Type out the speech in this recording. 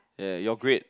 ya you are great